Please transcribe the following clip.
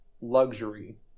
luxury